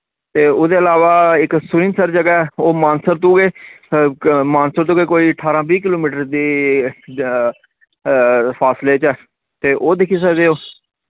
ते उदे अलावा इक सुरिंसर जगह ऐ ओह् मानसर तो गै मानसर तो गै कोई ठारां बीह् किलोमीटर दी फासले च ऐ ते ओ दिक्खी सकदे ओ